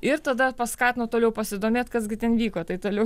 ir tada paskatino toliau pasidomėt kas gi ten vyko tai toliau